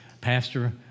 pastor